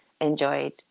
enjoyed